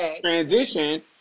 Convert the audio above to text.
transition